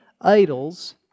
idols